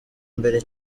mbere